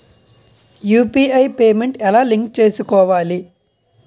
UPI payment ఎలా link చేసుకోవాలి?